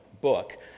book